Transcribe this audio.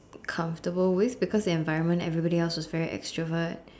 comfortable with because the environment everybody else was very extrovert